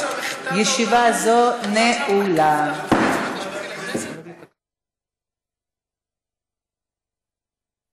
הנושא עובר להמשך דיון בוועדה לצדק חלוקתי ושוויון מגדרי.